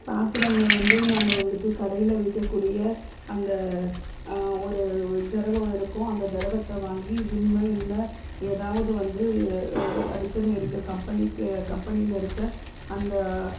பாத்திரங்களை வந்து நான் வந்துட்டு கடையில் விற்கக்கூடிய அந்த ஒரு திரவம் இருக்கும் அந்த திரவத்த வாங்கி விம்மு இல்லை எதாவது வந்து அதுக்குன்னு இருக்க கம்பெனிக்கு கம்பெனியில் இருக்கற அந்த